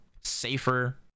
safer